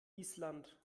island